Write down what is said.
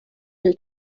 del